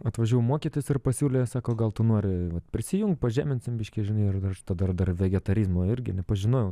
atvažiavau mokytis ir pasiūlė sako gal tu nori prisijunk padžeminsim biški žinai ir ir aš tada dar vegetarizmo irgi nepažinojau